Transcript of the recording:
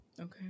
Okay